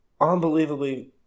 unbelievably